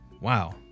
Wow